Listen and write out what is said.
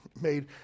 made